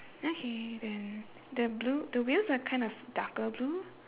okay then the blue the wheels are kind of darker blue